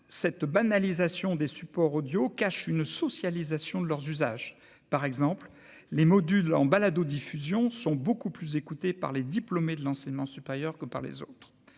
cette banalisation des supports Audio cache une socialisation de leurs usages, par exemple, les modules en baladodiffusion sont beaucoup plus écouté par les diplômés de l'enseignement supérieur que par les autres,